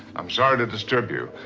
i'm sorry to disturb you.